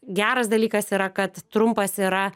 geras dalykas yra kad trumpas yra